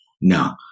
No